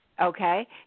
Okay